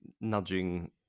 nudging